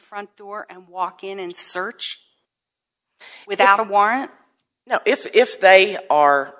front door and walk in and search without a warrant if they are